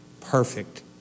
Perfect